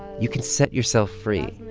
you can set yourself free.